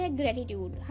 gratitude